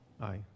Aye